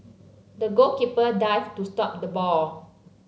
the goalkeeper dived to stop the ball